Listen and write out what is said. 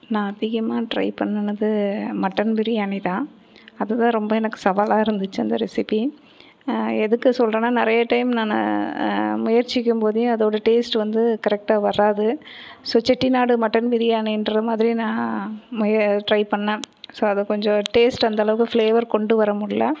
நான் அதிகமாக ட்ரை பண்ணுனது மட்டன் பிரியாணி தான் அது தான் ரொம்ப எனக்கு சவாலாக இருந்துச்சு அந்த ரெசிப்பி எதுக்கு சொல்லுறன்னா நிறைய டைம் நான் முயற்சிக்கும் போது அதோட டேஸ்ட் வந்து கரெக்ட்டாக வராது ஸோ செட்டிநாடு மட்டன் பிரியாணின்ற மாதிரி நான் ட்ரை பண்ணன் ஸோ அதை கொஞ்சம் டேஸ்ட் அந்த அளவுக்கு ஃபிளேவர் கொண்டு வர முடியல